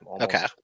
okay